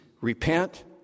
Repent